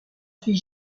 fit